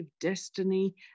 destiny